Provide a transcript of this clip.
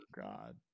God